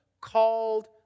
called